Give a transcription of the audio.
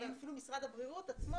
אפילו משרד הבריאות עצמו,